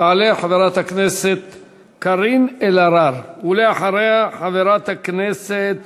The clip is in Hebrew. תעלה חברת הכנסת קארין אלהרר, ואחריה, חברת הכנסת